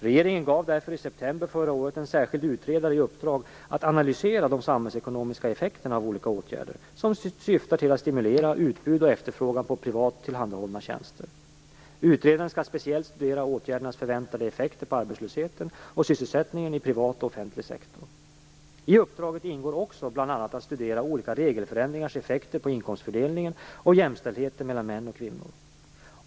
Regeringen gav därför i september förra året en särskild utredare i uppdrag att analysera de samhällsekonomiska effekterna av olika åtgärder som syftar till att stimulera utbud och efterfrågan på privat tillhandahållna tjänster. Utredaren skall speciellt studera åtgärdernas förväntade effekter på arbetslösheten och sysselsättningen i privat och offentlig sektor. I uppdraget ingår också bl.a. att studera olika regelförändringars effekter på inkomstfördelningen och jämställdheten mellan män och kvinnor.